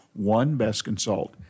onebestconsult